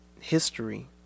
history